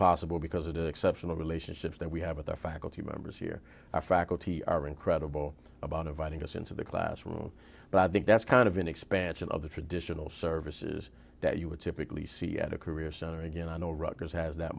possible because of the exceptional relationships that we have with our faculty members here our faculty are incredible about inviting us into the classroom but i think that's kind of an expansion of the traditional services that you would typically see at a career center and you know i know rutgers has that